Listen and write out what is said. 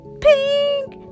Pink